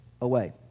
away